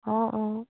অঁ অঁ